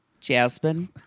Jasmine